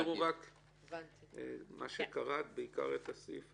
תסבירי מה שקראת, בעיקר סעיף